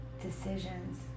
decisions